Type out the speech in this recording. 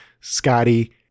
Scotty